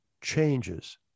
changes